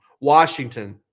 Washington